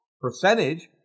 percentage